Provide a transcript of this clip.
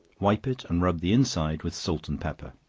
wipe it, and rub the inside with salt and pepper.